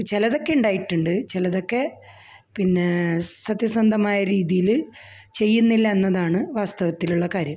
ചിലതൊക്കെ ഉണ്ടായിട്ടുണ്ട് ചിലതൊക്കെ പിന്നേ സത്യസന്ധമായ രീതിയില് ചെയ്യുന്നില്ല എന്നതാണ് വാസ്തവത്തിലുള്ള കാര്യം